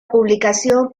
publicación